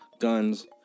guns